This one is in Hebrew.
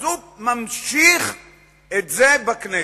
אז הוא ממשיך את זה בכנסת.